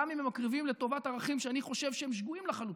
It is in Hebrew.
גם אם הם מקריבים לטובת ערכים שאני חושב שהם שגויים לחלוטין.